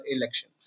election